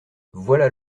voilà